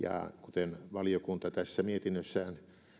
kuten valiokunta tässä mietinnössään